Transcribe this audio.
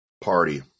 party